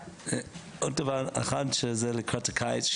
עוד דבר אחד לקראת הקיץ,